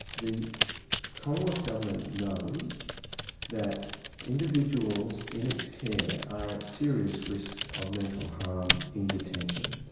the commonwealth government knows that individuals in its care are at serious risk of mental harm in detention.